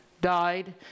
Died